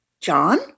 John